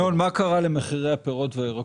ינון, מה קרה למחירי הפירות והירקות?